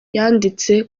yanditse